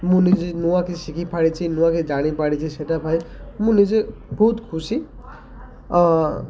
ମୁଁ ନିଜେ ନୂଆକେ ଶିଖିପାରିଛି ନୂଆକେ ଜାଣିପାରିଛି ସେଟା ଭାଇ ମୁଁ ନିଜେ ବହୁତ ଖୁସି